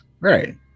Right